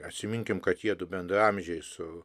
atsiminkim kad jiedu bendraamžiai su